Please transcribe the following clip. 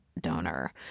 donor